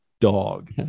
dog